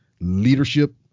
leadership